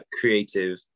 creative